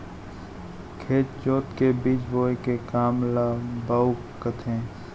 खेत जोत के बीज बोए के काम ल बाउक कथें